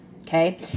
okay